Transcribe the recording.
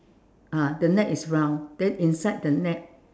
ah the net is round then inside the net